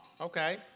Okay